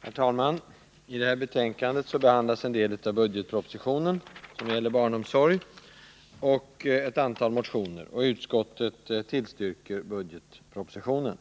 Herr talman! I detta betänkande behandlas den del av budgetpropositionen som gäller barnomsorg, och ett antal motioner. Utskottet tillstyrker budgetpropositionen.